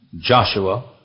Joshua